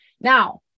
Now